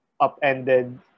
upended